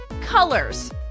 colors